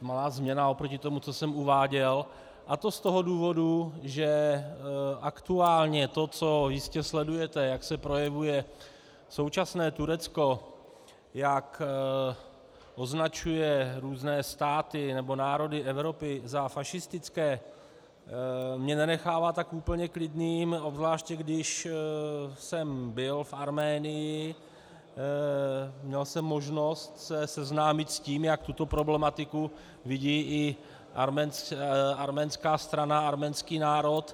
Malá změna oproti tomu, co jsem uváděl, a to z toho důvodu, že aktuálně to, co jistě sledujete, jak se projevuje současné Turecko, jak označuje různé státy nebo národy Evropy za fašistické, mě nenechává tak úplně klidným, obzvláště když jsem byl v Arménii, měl jsem možnost se seznámit s tím, jak tuto problematiku vidí i arménská strana, arménský národ.